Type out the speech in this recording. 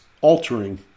altering